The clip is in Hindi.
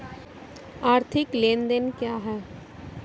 आर्थिक लेनदेन क्या है?